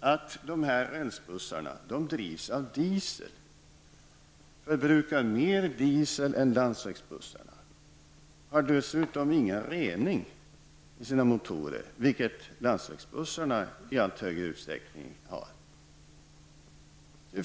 att rälsbussarna drivs med diesel. De förbrukar mera diesel än landsvägsbussarna. De har dessutom ingen rening i sina motorer, vilket landsvägsbussarna i allt större utsträckning har.